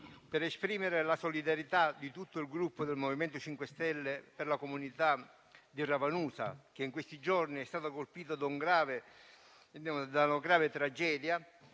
l'esprimere la solidarietà di tutto il Gruppo MoVimento 5 Stelle per la comunità di Ravanusa, che in questi giorni è stata colpita da una grave tragedia